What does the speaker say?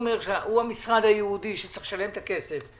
הוא המשרד הייעודי שצריך לשלם את הכסף,